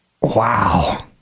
Wow